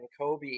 Kobe